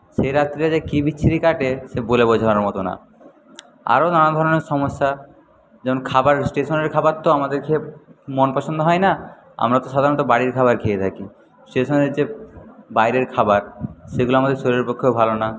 সে রাত্রি যে কি বিচ্ছিরি কাটে সে বলে বোঝানোর মতো না আরও নানা ধরনের সমস্যা যেমন খাবার স্টেশনের খাবার তো আমাদের খেয়ে মন পছন্দ হয়না আমরা তো সাধারণত বাড়ির খাবার খেয়ে থাকি স্টেশনের যে বাইরের খাবার সেগুলো আমাদের শরীরের পক্ষেও ভালো না